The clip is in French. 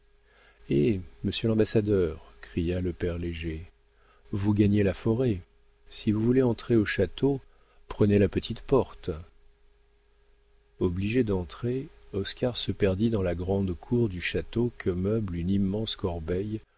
eh monsieur l'ambassadeur cria le père léger vous gagnez la forêt si vous voulez entrer au château prenez la petite porte obligé d'entrer oscar se perdit dans la grande cour du château que meuble une immense corbeille